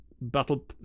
Battle